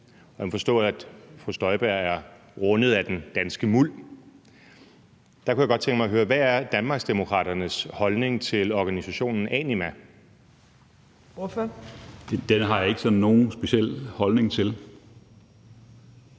Jeg kan forstå, at fru Inger Støjberg er rundet af den danske muld. Der kunne jeg godt tænke mig at høre: Hvad er Danmarksdemokraternes holdning til organisationen Anima? Kl. 15:54 Anden næstformand